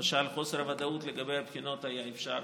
למשל את חוסר הוודאות לגבי הבחינות היה אפשר